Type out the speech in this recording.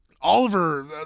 Oliver